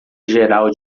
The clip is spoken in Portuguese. geral